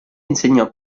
insegnò